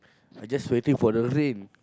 I just waiting for the rain